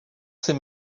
ces